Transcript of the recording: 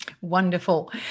Wonderful